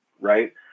right